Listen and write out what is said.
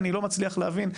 אני לא מצליח להבין.